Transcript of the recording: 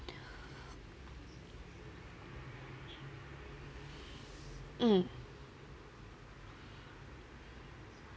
mm